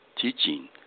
teaching